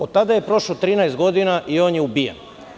Od tada je prošlo 13 godina i on je ubijen.